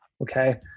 okay